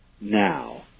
now